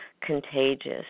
contagious